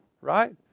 right